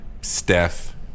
Steph